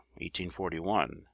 1841